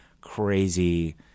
crazy